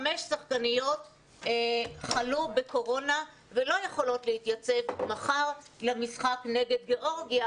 חמש שחקניות חלו בקורונה ולא יכולות להתייצב מחר למשחק נגד גאורגיה,